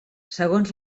segons